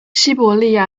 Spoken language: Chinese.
西伯利亚